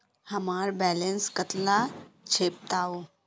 हमार बैलेंस कतला छेबताउ?